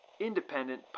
independent